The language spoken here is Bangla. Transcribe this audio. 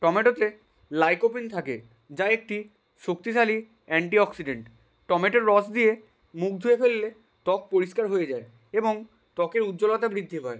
টমেটোতে লাইকোপিন থাকে যা একটি শক্তিশালী আ্যন্টি অক্সিডেন্ট টমেটোর রস দিয়ে মুখ ধুয়ে ফেললে ত্বক পরিষ্কার হয়ে যায় এবং ত্বকের উজ্জ্বলতা বৃদ্ধি হয়